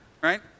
right